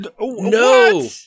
No